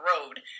road